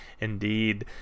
indeed